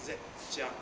zack chiang